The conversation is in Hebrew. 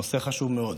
נושא חשוב מאוד.